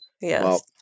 yes